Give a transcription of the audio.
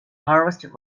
harvest